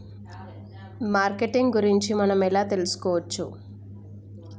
Marketing గురించి మనం ఎలా తెలుసుకోవచ్చు?